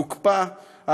הוקפאה,